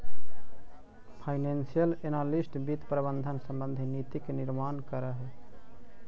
financial analyst वित्त प्रबंधन संबंधी नीति के निर्माण करऽ हइ